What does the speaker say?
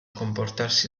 comportarsi